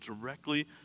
directly